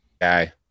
Guy